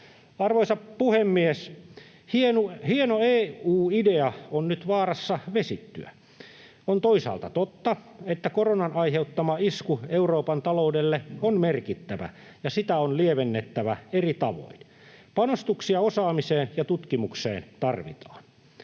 Arvoisa puhemies! Hieno EU-idea on nyt vaarassa vesittyä. On toisaalta totta, että koronan aiheuttama isku Euroopan taloudelle on merkittävä ja sitä on lievennettävä eri tavoin. Panostuksia osaamiseen ja tutkimukseen tarvitaan.